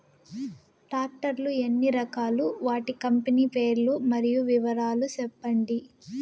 Tractor లు ఎన్ని రకాలు? వాటి కంపెని పేర్లు మరియు వివరాలు సెప్పండి?